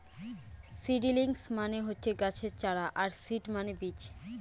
seedlings মানে হচ্ছে গাছের চারা আর সিড মানে বীজ